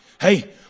Hey